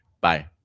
Bye